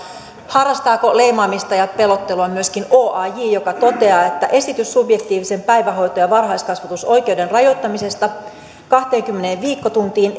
harrastaako leimaamista ja pelottelua myöskin oaj joka toteaa esitys subjektiivisen päivähoito ja varhaiskasvatusoikeuden rajoittamisesta kahteenkymmeneen viikkotuntiin